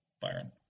Byron